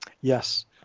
Yes